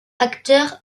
acteur